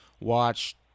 watch